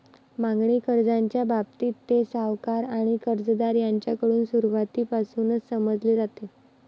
मागणी कर्जाच्या बाबतीत, ते सावकार आणि कर्जदार यांच्याकडून सुरुवातीपासूनच समजले जाते